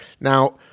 Now